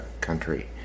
country